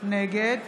נגד